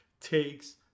takes